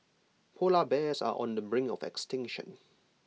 Polar Bears are on the brink of extinction